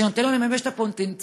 שנותן לו לממש את הפוטנציאל,